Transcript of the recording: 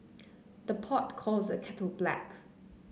the pot calls the kettle black